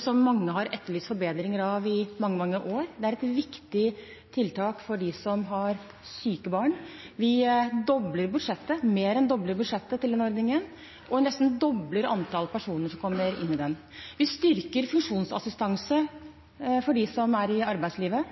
som mange har etterlyst forbedringer av i mange, mange år. Det er et viktig tiltak for dem som har syke barn. Vi mer enn dobler budsjettet til denne ordningen, og vi nesten dobler antallet personer som kommer inn i den. Vi styrker funksjonsassistanse for dem som er i arbeidslivet.